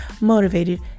motivated